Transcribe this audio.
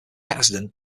accident